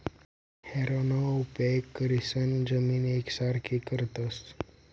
हॅरोना उपेग करीसन जमीन येकसारखी करतस